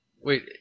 Wait